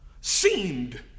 seemed